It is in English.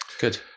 Good